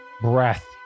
breath